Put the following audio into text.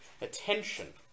attention